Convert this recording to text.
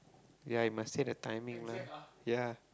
ya you must say the timing lah ya